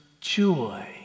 joy